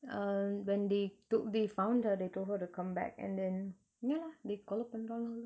um when they tookay they found her they told her to come back and then ya they கொலபன்ரானுகள்:kolapanranukal her